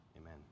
Amen